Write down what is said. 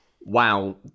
wow